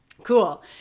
Cool